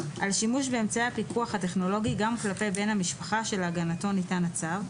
על שימוש באמצעי הפיקוח הטכנולוגי גם לגבי בן המשפחה שלהגנתו ניתן הצו,